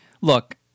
Look